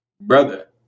brother